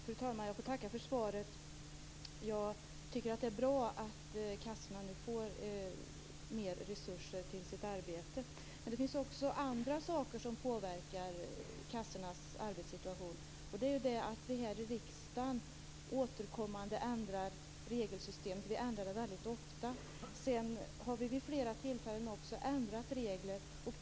Fru talman! Jag får tacka för svaret. Jag tycker att det är bra att kassorna nu får mer resurser till sitt arbete. Men det finns också andra saker som påverkar kassornas arbetssituation. Det är detta att vi här i riksdagen återkommande ändrar regelsystemet. Vi ändrar det väldigt ofta. Vi har vid flera tillfällen ändrat regler.